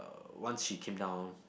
uh once she came down